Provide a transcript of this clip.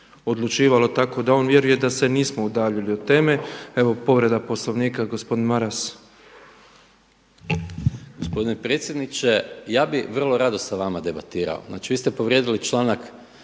odlučivalo tako da on vjeruje da se nismo udaljili od teme. Povreda Poslovnika gospodin Maras. **Maras, Gordan (SDP)** Gospodine predsjedniče, ja bih vrlo rado sa vama debatirao. Znači, vi ste povrijedili članak